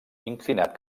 inclinat